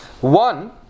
one